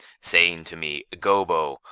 saying to me gobbo,